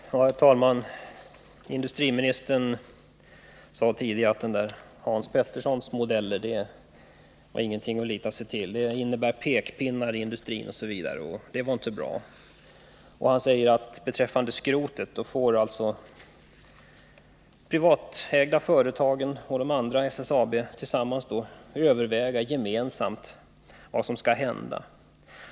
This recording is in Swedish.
Herr talman! Industriministern sade tidigare att Hans Peterssons modeller var ingenting att lita till. De innebär pekpinnar till industrin osv.. och det är inte bra. Industriministern sade vidare att beträffande skrotet får de privatägda företagen och SSAB tillsammans överväga vad som skall hända.